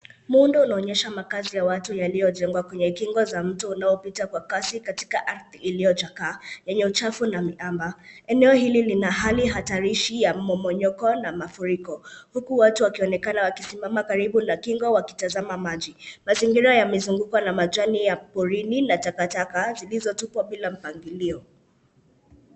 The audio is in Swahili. Muundo unaonyesha makaazi ya watu yaliyojengwa kwenye kingo za mto unaopita kwa kasi katika ardhi iliyochakaa yenye uchafu na miamba. Eneo hili lina hali hatarishi ya mmomonyoko na mafuriko huku watu wakionekana wakisimama karibu na kingo wakitazama maji. Mazingira yamezungukwa na majani ya porini na takataka zilizotupwa bila mpangilio.